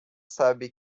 sabe